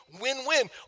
win-win